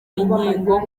inkingo